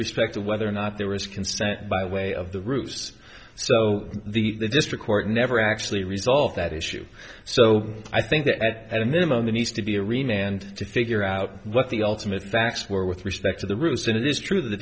respect to whether or not there was consent by way of the roofs so the district court never actually resolve that issue so i think that at a minimum the needs to be a remain and to figure out what the ultimate facts were with respect to the roost and it is true that the